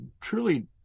truly